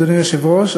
אדוני היושב-ראש,